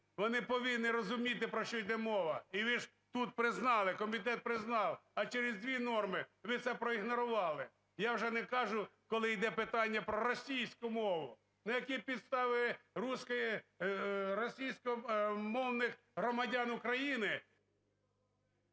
вони повинні розуміти, про що йде мова. І ви ж тут признали, комітет признав, а через дві норми ви це проігнорували. Я вже не кажу, коли йде питання про російську мову, но які підстави російськомовних громадян України…